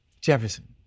Jefferson